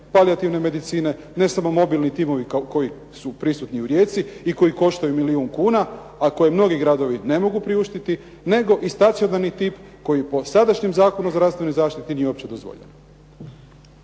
palijativne medicine, ne samo mobilni timovi koji su prisutni u Rijeci i koji koštaju milijun kuna, a koje mnogi gradovi ne mogu priuštiti, nego i stacionarni tip koji po sadašnjem Zakonu o zdravstvenoj zaštiti nije uopće dozvoljen.